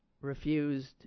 refused